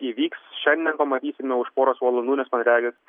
įvyks šiandien pamatysime už poros valandų nes man regis